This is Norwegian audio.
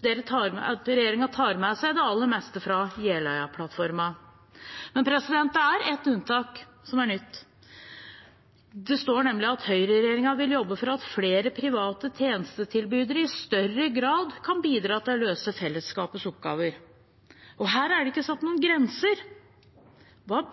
Regjeringen tar med seg det aller meste fra Jeløya-plattformen. Men det er ett unntak – som er nytt. Det står nemlig at høyreregjeringen vil jobbe for at «flere private tjenestetilbydere i større grad kan bidra til å løse fellesskapets oppgaver». Og her er det ikke satt noen grenser. Hva